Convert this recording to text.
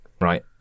right